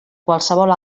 qualsevol